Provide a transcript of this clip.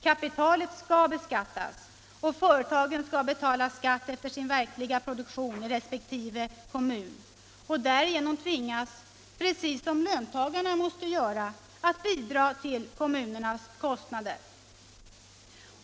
Kapitalet skall beskattas, företagen skall betala skatt efter sin verkliga produktion i resp. kommun och därigenom tvingas att — precis som löntagarna måste göra — bidra till kommunernas kostnader.